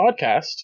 podcast